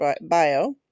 bio